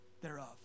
thereof